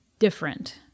different